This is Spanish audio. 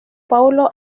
paulo